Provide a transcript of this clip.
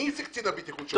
מי זה קצין הבטיחות?